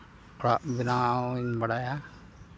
ᱚᱲᱟᱜ ᱵᱮᱱᱟᱣ ᱤᱧ ᱵᱟᱲᱟᱭᱟ